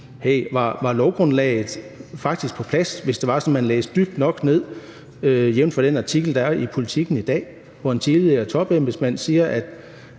om lovgrundlaget faktisk var på plads, hvis det var sådan, at man læste dybt nok ned i teksten – jævnfør den artikel, der er i Politiken i dag, hvor en tidligere topembedsmand siger,